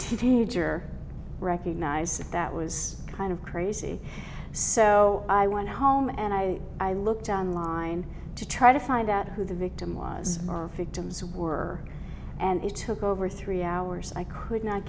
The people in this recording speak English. teenager recognize that was kind of crazy so i went home and i i looked on line to try to find out who the victim was our victims were and it took over three hours i could not